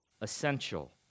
essential